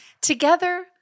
Together